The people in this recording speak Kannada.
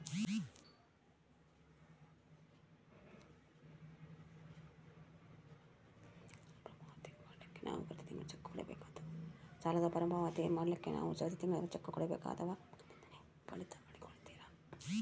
ಸಾಲದ ಮರುಪಾವತಿ ಮಾಡ್ಲಿಕ್ಕೆ ನಾವು ಪ್ರತಿ ತಿಂಗಳು ಚೆಕ್ಕು ಕೊಡಬೇಕೋ ಅಥವಾ ನಮ್ಮ ಖಾತೆಯಿಂದನೆ ಕಡಿತ ಮಾಡ್ಕೊತಿರೋ?